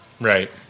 Right